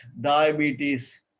diabetes